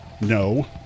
No